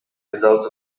results